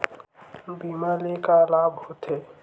बीमा ले का लाभ होथे?